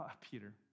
Peter